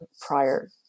prior